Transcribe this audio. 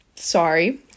Sorry